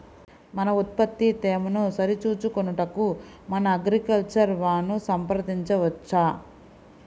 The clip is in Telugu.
మన ఉత్పత్తి తేమను సరిచూచుకొనుటకు మన అగ్రికల్చర్ వా ను సంప్రదించవచ్చా?